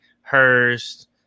Hurst